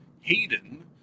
Hayden